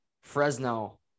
Fresno